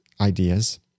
ideas